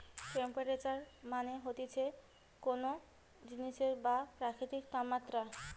temperature মানে হতিছে কোন জিনিসের বা প্রকৃতির তাপমাত্রা